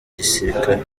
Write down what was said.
gisilikare